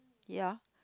ya